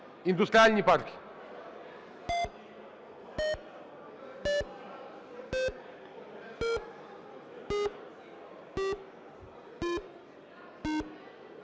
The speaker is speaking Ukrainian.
Індустріальні парки.